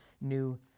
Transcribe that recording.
new